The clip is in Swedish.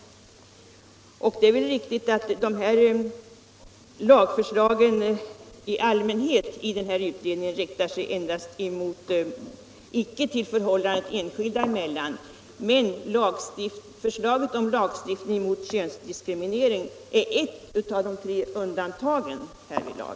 Det är väl riktigt att utredningens lagförslag i allmänhet inte riktar sig mot förhållandet enskilda emellan, men förslaget om lagstiftning mot könsdiskriminering är ett av de tre undantagen härvidlag.